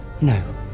No